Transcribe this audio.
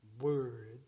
word